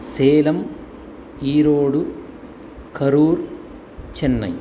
Salem Erode Karur Chennai